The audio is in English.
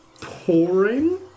pouring